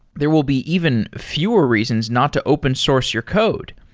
there will be even fewer reasons not to open source your code.